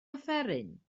offeryn